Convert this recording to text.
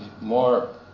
more